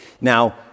Now